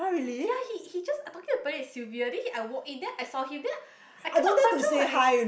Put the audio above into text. ya he he just I talking to Pearlyn and Sylvia then he I walk in then I saw him then I cannot control my ex~